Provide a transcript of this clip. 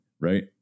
right